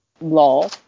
law